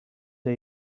tot